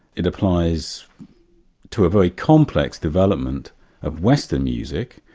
it applies to a very complex development of western music,